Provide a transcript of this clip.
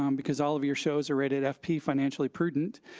um because all of your shows are rated f p, financially prudent,